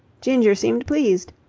ginger seemed pleased.